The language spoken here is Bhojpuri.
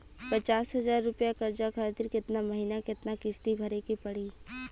पचास हज़ार रुपया कर्जा खातिर केतना महीना केतना किश्ती भरे के पड़ी?